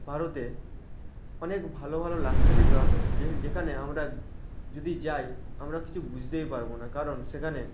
ভারতে অনেক ভালো ভালো লাক্সারি বাস আছে যে যেখানে আমরা যদি যাই আমরা কিছু বুঝতেই পারব না কারণ সেখানে